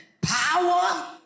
power